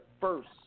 first